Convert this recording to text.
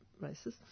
races